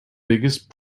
biggest